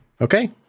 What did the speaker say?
Okay